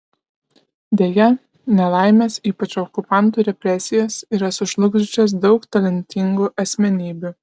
deja nelaimės ypač okupantų represijos yra sužlugdžiusios daug talentingų asmenybių